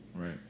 Right